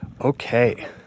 Okay